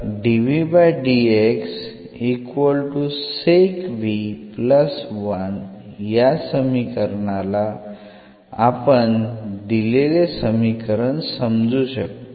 तर या समीकरणाला आपण दिलेले समीकरण समजू शकतो